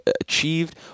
achieved